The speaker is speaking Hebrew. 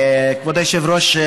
כבוד היושב-ראש,